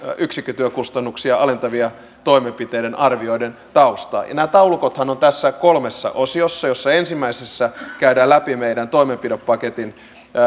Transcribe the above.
yksikkötyökustannuksia alentavien toimenpiteiden arvioiden tausta nämä taulukothan ovat tässä kolmessa osiossa joista ensimmäisessä käydään läpi meidän toimenpidepaketin